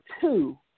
two